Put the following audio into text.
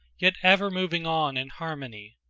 yet ever moving on in harmony,